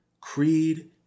creed